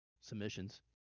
Submissions